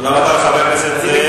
תודה רבה, חבר הכנסת נסים זאב.